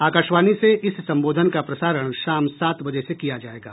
आकाशवाणी से इस संबोधन का प्रसारण शाम सात बजे से किया जायेगा